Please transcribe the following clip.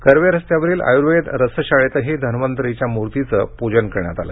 कर्वे रस्त्यावरील आयुर्वेद रसशाळेतही धन्वंतरीच्या मूर्तीचे पूजन कऱण्यात आले